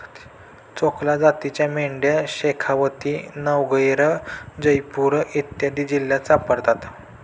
चोकला जातीच्या मेंढ्या शेखावती, नागैर, जयपूर इत्यादी जिल्ह्यांत सापडतात